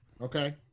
Okay